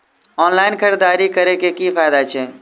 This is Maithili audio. ऑनलाइन खरीददारी करै केँ की फायदा छै?